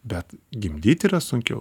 bet gimdyti yra sunkiau